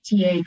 TA